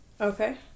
okay